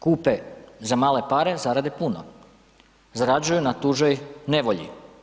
Kupe za male pare, zarade puno, zarađuju na tuđoj nevolji.